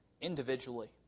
individually